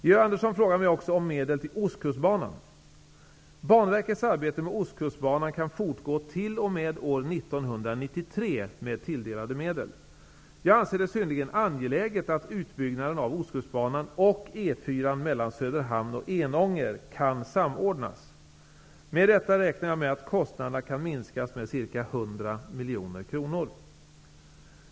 Georg Andersson frågar mig också om medel till ostkustbanan. Banverkets arbete med ostkustbanan kan fortgå t.o.m. år 1993 med tilldelade medel. Jag anser det synnerligen angeläget att utbyggnaden av ostkustbanan och E 4 mellan Söderhamn och Enånger kan samordnas. Med detta räknar jag med att kostnaderna kan minskas med ca 100 mkr.